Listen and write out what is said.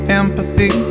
empathy